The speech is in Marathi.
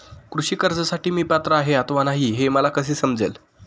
कृषी कर्जासाठी मी पात्र आहे अथवा नाही, हे मला कसे समजेल?